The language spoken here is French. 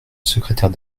secrétaire